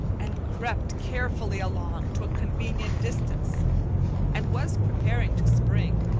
and crept carefully along to a convenient distance and was preparing to spring,